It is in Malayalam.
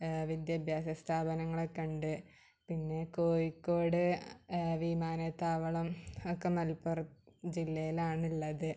വിദ്യാഭ്യാസ സ്ഥാപനങ്ങളൊക്കെ ഉണ്ട് പിന്നെ കോഴിക്കോട് വിമാനത്താവളം ഒക്കെ മലപ്പുറം ജില്ലയിലാണുള്ളത്